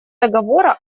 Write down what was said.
договора